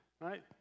Right